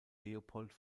leopold